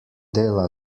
dela